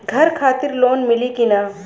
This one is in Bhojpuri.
घर खातिर लोन मिली कि ना?